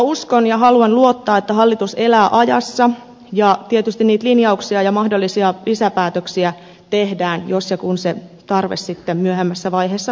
uskon ja haluan luottaa että hallitus elää ajassa ja tietysti niitä linjauksia ja mahdollisia lisäpäätöksiä tehdään jos ja kun se tarve sitten myöhemmässä vaiheessa tulee